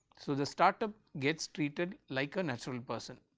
so, the start-up gets treated like a natural person.